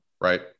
right